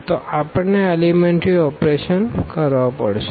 તો આપણને આ એલિમેનટરી ઓપરેશન કરવા પડશે